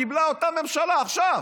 קיבלה אותה ממשלה עכשיו,